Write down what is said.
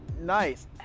nice